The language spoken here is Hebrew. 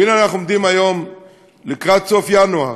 והנה אנחנו עומדים היום לקראת סוף ינואר,